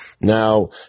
Now